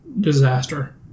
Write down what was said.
disaster